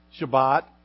Shabbat